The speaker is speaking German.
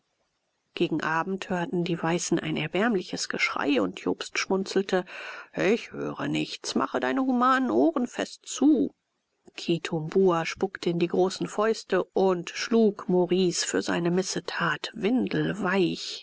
gegen abend hörten die weißen ein erbärmliches geschrei und jobst schmunzelte ich höre nichts mache deine humanen ohren fest zu kitumbua spuckte in die großen fäuste und schlug maurice für seine missetat windelweich